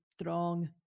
strong